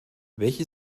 welche